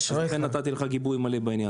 לכן נתתי לך גיבוי מלא בעניין.